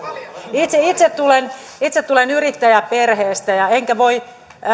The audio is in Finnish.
itse tulen itse tulen yrittäjäperheestä enkä voi